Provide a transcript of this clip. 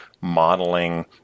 modeling